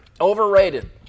overrated